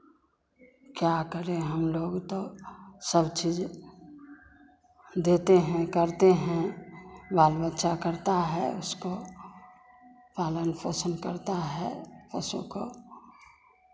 क्या करें हमलोग तो सब चीज़ देते हैं करते हैं बाल बच्चा करता है उसको पालन पोषण करता है पशु को